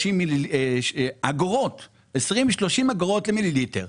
30 אגורות למיליליטר.